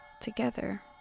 together